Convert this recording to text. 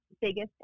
biggest